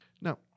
Now